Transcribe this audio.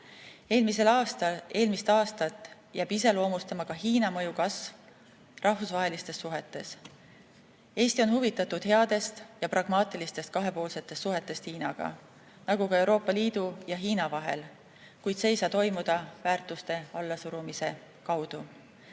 Eelmist aastat jääb iseloomustama ka Hiina mõju kasv rahvusvahelistes suhetes. Eesti on huvitatud headest ja pragmaatilistest kahepoolsetest suhetest Hiinaga, nagu ka Euroopa Liidu ja Hiina vahel, kuid see ei saa toimuda väärtuste allasurumise kaudu.